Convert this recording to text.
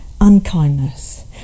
unkindness